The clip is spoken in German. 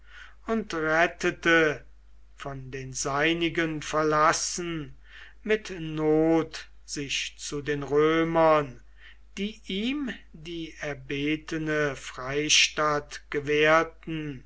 und rettete von den seinigen verlassen mit not sich zu den römern die ihm die erbetene freistatt gewährten